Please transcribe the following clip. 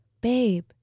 babe